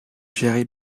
jerry